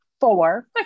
four